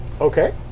Okay